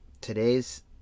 today's